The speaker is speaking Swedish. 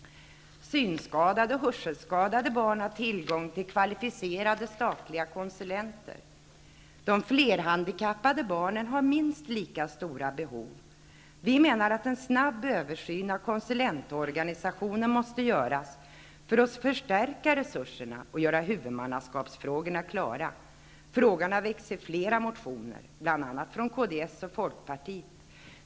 Synskadade och hörselskadade barn har tillgång till kvalificerade, statliga konsulenter. De flerhandikappade barnen har minst lika stora behov. Vi menar att en snabb översyn av konsulentorganisationen måste göras för att förstärka resurserna och göra huvudmannaskapsfrågorna klara. Frågan har väckts i flera motioner bl.a. från Kds och Folkpartiet.